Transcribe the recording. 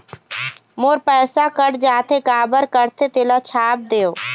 मोर पैसा कट जाथे काबर कटथे तेला छाप देव?